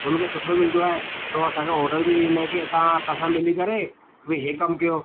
हुनखे सुठो मिलंदो आहे थो असांखे ऑर्डर बि ईंदा आहिनि की असां असां सां मिली करे भई हे कम कयो